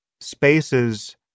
spaces